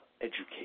education